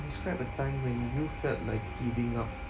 describe a time when you felt like giving up